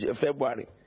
February